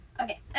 Okay